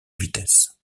vitesse